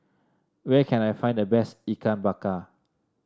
where can I find the best Ikan Bakar